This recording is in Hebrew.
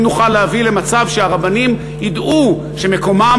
האם נוכל להביא למצב שהרבנים ידעו שמקומם